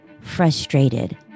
frustrated